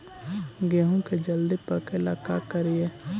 गेहूं के जल्दी पके ल का करियै?